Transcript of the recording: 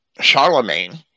Charlemagne